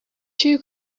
two